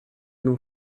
nur